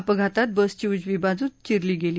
अपघातात बसची उजवी बाजू चिरली गेली